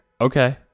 Okay